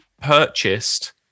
purchased